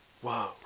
Whoa